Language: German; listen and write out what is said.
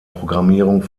programmierung